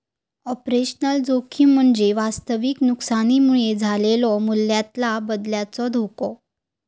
operational जोखीम म्हणजे वास्तविक नुकसानीमुळे झालेलो मूल्यातला बदलाचो धोको